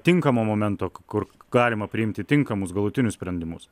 tinkamo momento kur galima priimti tinkamus galutinius sprendimus